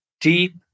deep